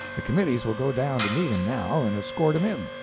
the committees will go down to meet him, now, and escort him in.